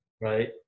Right